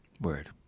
Word